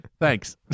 Thanks